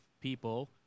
people